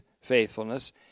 faithfulness